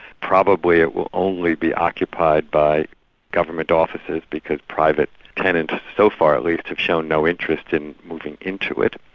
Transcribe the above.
probably it will only be occupied by government offices because private tenants so far at least, have shown no interest in moving into it.